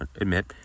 admit